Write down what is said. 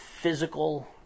physical